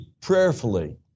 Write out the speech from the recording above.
prayerfully